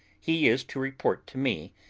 he is to report to me,